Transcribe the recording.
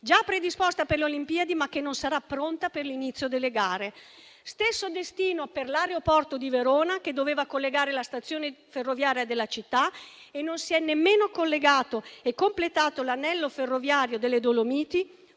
già predisposta per le Olimpiadi, ma che non sarà pronta per l'inizio delle gare. Stesso destino per l'aeroporto di Verona, che avrebbe dovuto collegare la stazione ferroviaria della città. Non si è nemmeno collegato e completato l'anello ferroviario delle Dolomiti,